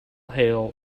hail